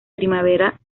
primavera